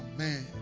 Amen